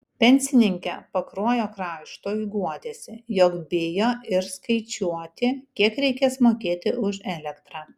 pensininkė pakruojo kraštui guodėsi jog bijo ir skaičiuoti kiek reikės mokėti už elektrą